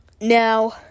Now